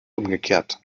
umgekehrt